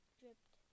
dripped